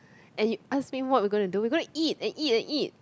and you ask me what we gonna do we gonna eat and eat and eat